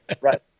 right